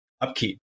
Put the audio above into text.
upkeep